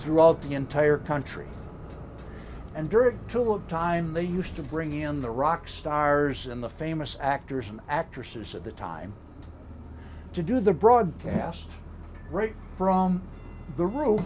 throughout the entire country and during tulip time they used to bring in the rock stars and the famous actors and actresses of the time to do the broadcast right from the r